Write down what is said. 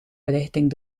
richting